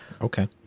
Okay